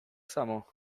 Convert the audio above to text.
samo